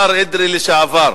השר אדרי לשעבר.